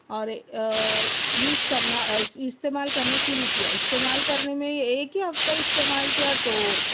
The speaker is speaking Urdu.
اور یوز کرنا استعمال کرنا شروع کیا استعمال کرنے میں ایک ہی ہفتہ استعمال کیا تو